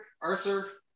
Arthur